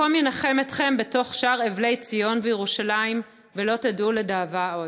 המקום ינחם אתכם בתוך שאר אבלי ציון וירושלים ולא תוסיפו לדאבה עוד.